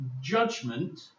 judgment